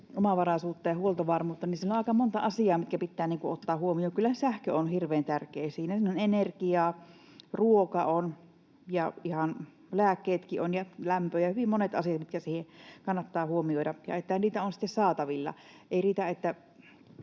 omavaraisuutta ja huoltovarmuutta, niin siinä on aika monta asiaa, mitkä pitää ottaa huomioon. Kyllähän sähkö on hirveän tärkeä siinä. Siinä on energiaa, on ruoka ja ihan lääkkeetkin ja lämpö ja hyvin monet asiat, mitkä siinä kannattaa huomioida, ja sekin, että niitä on sitten saatavilla ja niitä on